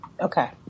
okay